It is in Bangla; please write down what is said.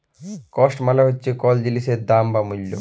কস্ট মালে হচ্যে কল জিলিসের দাম বা মূল্য